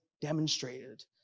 demonstrated